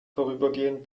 vorübergehend